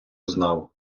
знав